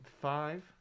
Five